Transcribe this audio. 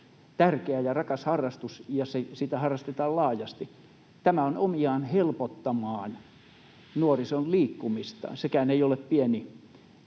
tärkeä ja rakas harrastus ja sitä harrastetaan laajasti — tämä on omiaan helpottamaan nuorison liikkumista. Sekään ei ole pieni